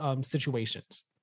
situations